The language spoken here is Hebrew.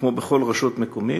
כמו בכל רשות מקומית,